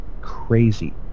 crazy